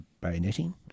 bayoneting